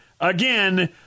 Again